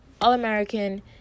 All-American